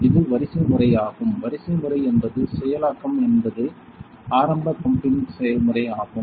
இது வரிசைமுறை ஆகும் வரிசைமுறை என்பது செயலாக்கம் என்பது ஆரம்ப பம்பிங் செயல்முறை ஆகும்